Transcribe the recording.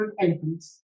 elephants